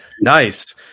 nice